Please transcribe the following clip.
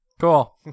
Cool